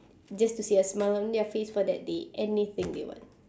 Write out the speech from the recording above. just to see a smile on their face for that day anything they want